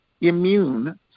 immune